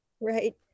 Right